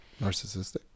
Narcissistic